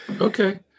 Okay